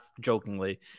jokingly